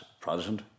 Protestant